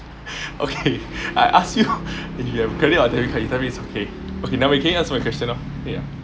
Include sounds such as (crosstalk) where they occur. (laughs) okay I ask you (laughs) if you have credit or debit card you tell me it's okay okay never mind can you answer my question now ya